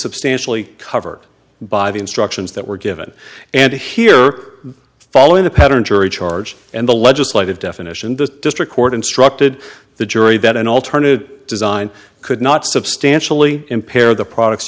substantially covered by the instructions that were given and here following a pattern jury charge and the legislative definition the district court instructed the jury that an alternative design could not substantially impair the products